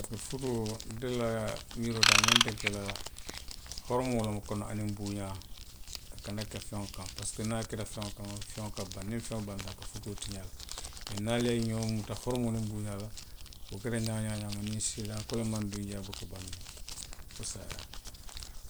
Futuo nte lamiiroo to a ňanta ke lahoromoo le kono aniŋ bunňaa. A kana ke feŋo kaŋ parisiko niŋ a keta feŋo kaŋ, feŋo ka baŋ ne, niŋ feŋo banta a ka futuo tiňaa le. Mee niŋ ali ňoo muta horomoo niŋ bunňaa la, wo keta ňaa woo ňaa ňaama niŋ seetaane koleŋ maŋ duŋ jee, a buka baŋ noo, fo saayaa.